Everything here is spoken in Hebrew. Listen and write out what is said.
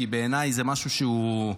כי בעיניי זה משהו שהוא,